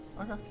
Okay